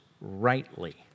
rightly